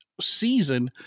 season